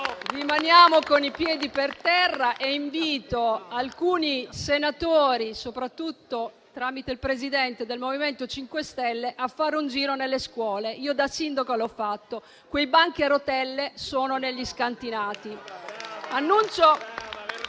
rimaniamo con i piedi per terra (Commenti). Invito alcuni senatori, soprattutto del MoVimento 5 Stelle, a fare un giro nelle scuole; io da sindaco l'ho fatto e quei banchi a rotelle sono negli scantinati.